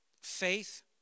faith